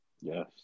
yes